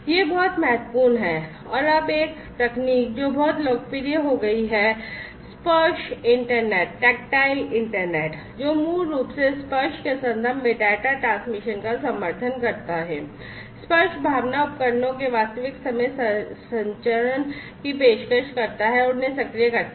यह बहुत महत्वपूर्ण है अब एक तकनीक जो बहुत लोकप्रिय हो गई है tactile internet है जो मूल रूप से स्पर्श के संदर्भ में डेटा ट्रांसमिशन का समर्थन करता है स्पर्श भावना उपकरणों के वास्तविक समय संचरण की पेशकश करता है और उन्हें सक्रिय करता है